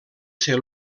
ser